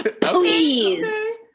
please